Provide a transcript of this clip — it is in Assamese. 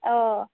অঁ